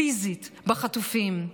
פיזיות, בחטופים.